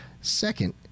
Second